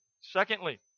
secondly